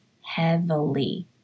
heavily